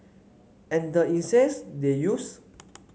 and the incense they used